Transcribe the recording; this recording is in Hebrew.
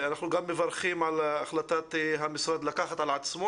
אנחנו גם מברכים על החלטת המשרד לקחת על עצמו